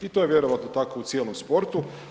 I to je vjerojatno tako u cijelom sportu.